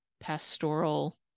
pastoral